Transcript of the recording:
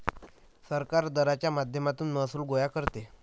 सरकार दराच्या माध्यमातून महसूल गोळा करते